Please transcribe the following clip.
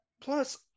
Plus